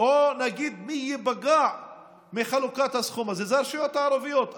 או נגיד: מי שייפגע מחלוקת הסכום הזה אלה הרשויות הערביות.